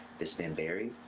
that's been buried,